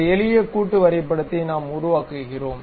ஒரு எளிய கூட்டு வரைபடத்தை நாம் உருவாக்குகிறோம்